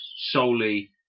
solely